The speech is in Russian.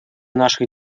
наших